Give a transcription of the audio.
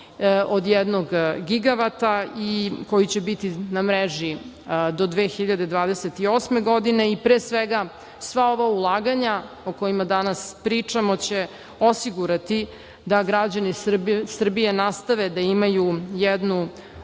jednog gigavata, koji će biti na mreži do 2028. godine i pre svega sva ova ulaganja o kojima danas pričamo će osigurati da građani Srbije nastave da imaju jednu